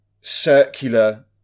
circular